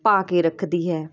ਪਾ ਕੇ ਰੱਖਦੀ ਹੈ